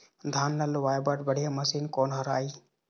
धान ला लुआय बर बढ़िया मशीन कोन हर आइ?